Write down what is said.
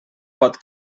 pot